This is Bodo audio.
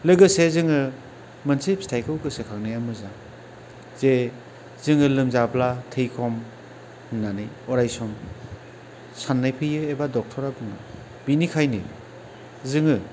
लोगोसे जोङो मोनसे फिथाइखौ गोसोखांनाया मोजां जे जोङो लोमजाब्ला थै खम होननानै अराय सम साननाय फैयो एबा डक्थरा बुङो बेनिखायनो जोङो